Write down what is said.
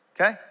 okay